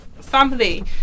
family